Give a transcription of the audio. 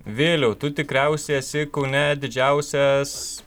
viliau tu tikriausiai esi kaune didžiausias